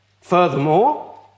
Furthermore